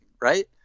right